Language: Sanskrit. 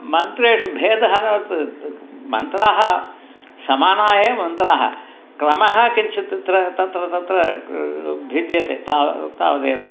मन्त्रेषु भेदः न मन्त्राः समानाः एव् मन्त्रक्रमः किञ्चित् तत्र तत्र तत्र भिद्यते ताव तावदेव